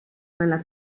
nella